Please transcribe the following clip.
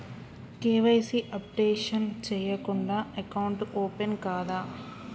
KYC updation చేయకుంటే account open కాదా?